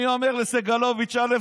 אני אומר לסגלוביץ' א.